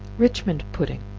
richmond pudding.